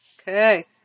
Okay